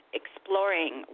exploring